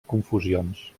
confusions